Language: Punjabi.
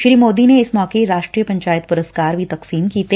ਸ੍ਰੀ ਮੋਦੀ ਨੇ ਇਸ ਮੌਕੇ ਰਾਸਟਰੀ ਪੰਚਾਇਤ ਪੁਰਸਕਾਰ ਵੀ ਤਕਸੀਮ ਕੀਤੇ